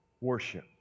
worship